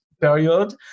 period